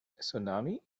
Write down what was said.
tsunami